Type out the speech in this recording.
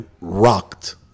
rocked